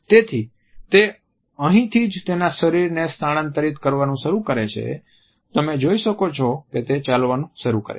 તેથી તે અહીંથી જ તેના શરીરને સ્થળાંતરિત કરવાનું શરૂ કરે છે તમે જોઈ શકો છો કે તે ચાલવાનું શરૂ કરે છે